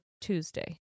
Tuesday